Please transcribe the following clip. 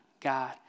God